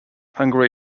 hungary